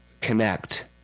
connect